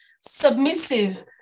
submissive